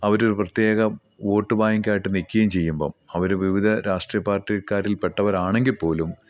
അവർ ഒരു പ്രത്യേക വോട്ട് ബാങ്കൊക്കെ ആയിട്ട് നിക്കം ചെയ്യുമ്പം അവർ വിവിധ രാഷ്ട്രീയ പാർട്ടിക്കാരിൽ പെട്ടവരാണെങ്കിൽ പോലും